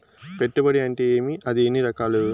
పెట్టుబడి అంటే ఏమి అది ఎన్ని రకాలు